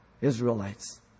Israelites